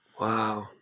Wow